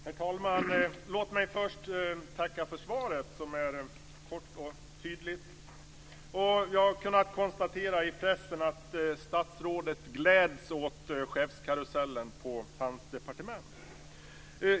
Herr talman! Låt mig först tacka för svaret som är kort och tydligt. Jag har kunnat konstatera i pressen att statsrådet gläds åt chefskarusellen på hans departement.